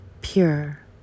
pure